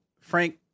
Frank